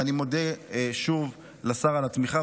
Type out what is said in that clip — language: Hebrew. אני מודה שוב לשר על התמיכה,